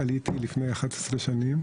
עליתי לפני 11 שנים.